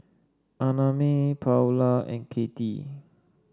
Annamae Paula and Kattie